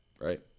right